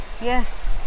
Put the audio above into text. yes